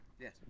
Yes